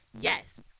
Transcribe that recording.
yes